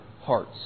hearts